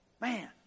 man